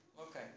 Okay